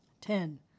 Ten